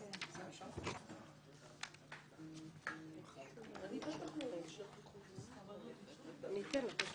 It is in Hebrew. בסעיף 12(א), בהגדרת "צוות מקצועי", הוספנו